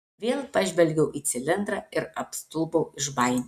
vėl pažvelgiau į cilindrą ir apstulbau iš baimės